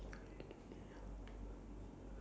like skydiving or something